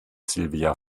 silvia